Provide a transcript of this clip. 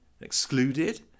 excluded